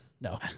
No